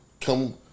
Come